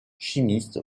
chimiste